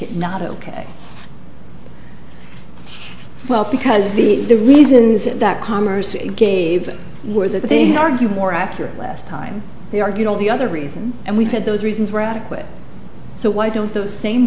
it not ok well because the the reasons that commerce gave were that they argue more accurately last time they argued all the other reasons and we said those reasons were adequate so why don't those same